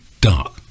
dark